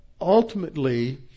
ultimately